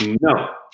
No